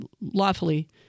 lawfully